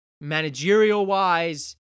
managerial-wise